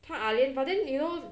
他 ah lian but then you know